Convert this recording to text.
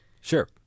Sure